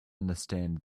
understand